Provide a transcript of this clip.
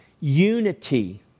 unity